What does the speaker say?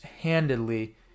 handedly